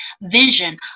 vision